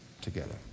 together